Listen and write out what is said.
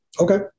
Okay